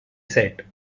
said